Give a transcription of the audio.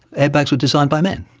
airbags were designed by men,